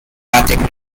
arctic